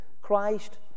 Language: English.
Christ